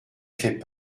fait